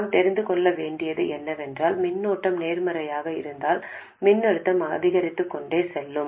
நாம் தெரிந்து கொள்ள வேண்டியது என்னவென்றால் மின்னோட்டம் நேர்மறையாக இருந்தால் மின்னழுத்தம் அதிகரித்துக்கொண்டே செல்லும்